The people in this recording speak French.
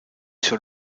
sur